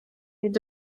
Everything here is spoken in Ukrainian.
від